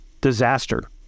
disaster